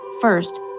First